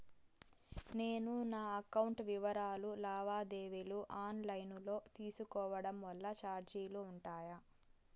నేను నా అకౌంట్ వివరాలు లావాదేవీలు ఆన్ లైను లో తీసుకోవడం వల్ల చార్జీలు ఉంటాయా?